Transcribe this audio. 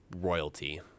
royalty